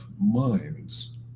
minds